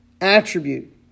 attribute